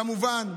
כמובן,